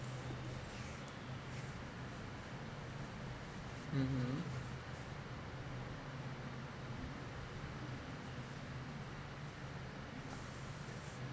mmhmm